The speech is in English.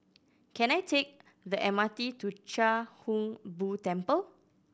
can I take the M R T to Chia Hung Boo Temple